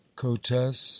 cotes